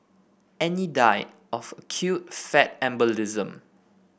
Annie died of acute fat embolism